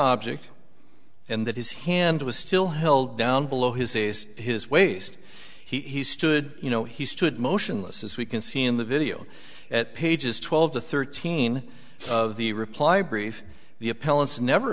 object and that his hand was still held down below his ace his waist he stood you know he stood motionless as we can see in the video at page's twelve to thirteen of the reply brief the appellant's never